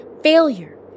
failure